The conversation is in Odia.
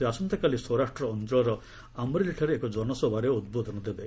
ସେ ଆସନ୍ତାକାଲି ସୌରାଷ୍ଟ୍ର ଅଞ୍ଚଳର ଆମ୍ରେଲିଠାରେ ଏକ ଜନସଭାରେ ଉଦ୍ବୋଧନ ଦେବେ